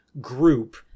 group